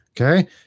okay